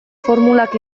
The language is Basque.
formulak